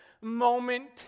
moment